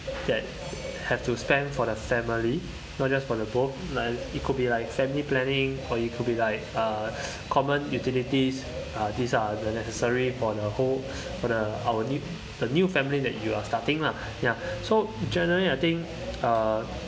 that have to spend for the family not just for the both like it could be like family planning or it could be like uh common utilities uh these are the necessary for the whole for the our new the new family that you are starting lah ya so generally I think uh